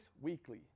weekly